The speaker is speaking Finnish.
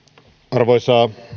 arvoisa